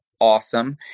awesome